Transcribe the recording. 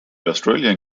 austrian